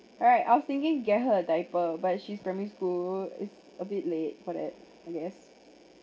right I was thinking get her a diaper but she's primary school it's a bit late for that I guess